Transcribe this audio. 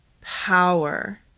power